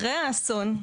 אחרי האסון,